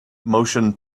motion